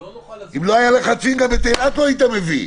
אם לא היו לחצים גם את אילת לא היית מביא.